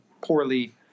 poorly